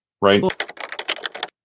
Right